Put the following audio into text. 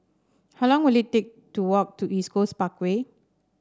how long will it take to walk to East Coast Parkway